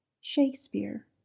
Shakespeare